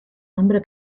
hombre